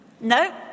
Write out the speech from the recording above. No